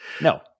No